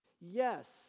Yes